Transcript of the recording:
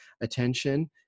attention